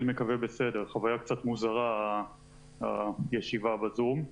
ישיבה קצת מוזרה הישיבה בזום.